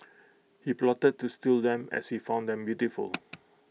he plotted to steal them as he found them beautiful